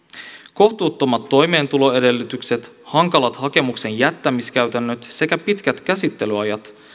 kohtuuttomat toimeentuloedellytykset hankalat hakemuksen jättämiskäytännöt sekä pitkät käsittelyajat